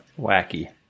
wacky